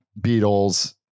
Beatles